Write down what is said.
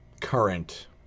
current